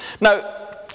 Now